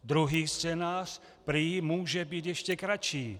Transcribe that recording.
Druhý scénář prý může být ještě kratší.